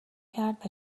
کرد